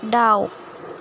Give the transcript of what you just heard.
दाउ